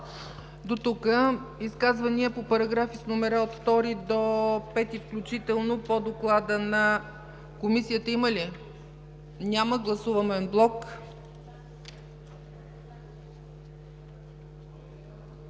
ЦАЧЕВА: Изказвания по параграфи с номера от 2 до 5 включително по доклада на Комисията има ли? Няма. Гласуваме анблок.